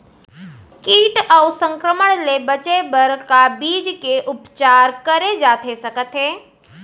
किट अऊ संक्रमण ले बचे बर का बीज के उपचार करे जाथे सकत हे?